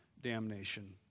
damnation